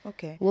Okay